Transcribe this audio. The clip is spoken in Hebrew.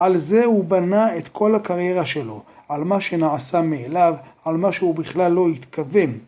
על זה הוא בנה את כל הקריירה שלו, על מה שנעשה מאליו, על מה שהוא בכלל לא התכוון.